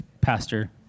pastor